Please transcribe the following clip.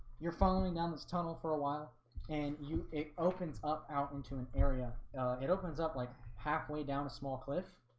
you're following down this tunnel for a while and you it opens up out into an area it opens up like halfway down a small cliff,